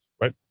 Right